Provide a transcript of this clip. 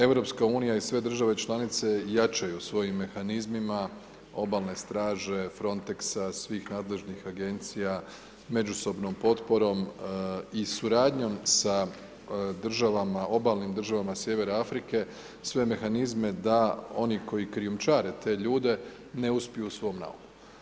EU i sve države članice jačaju svojim mehanizmima obalne straže Frontexa, svih nadležnih agencija međusobnom potporom i suradnjom sa državama, obalnim državama sjeverne Afrike, sve mehanizme da oni koji krijumčare te ljude ne uspiju u svom naumu.